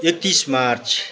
एक्तिस मार्च